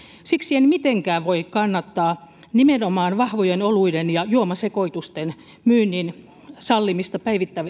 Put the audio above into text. siksi en mitenkään voi kannattaa nimenomaan vahvojen oluiden ja juomasekoitusten myynnin sallimista